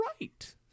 right